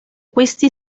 questi